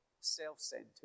self-centered